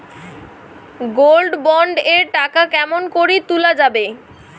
Gold bond এর টাকা কেমন করি তুলা যাবে?